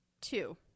two